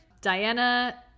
Diana